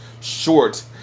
Short